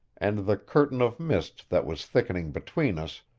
and the curtain of mist that was thickening between us,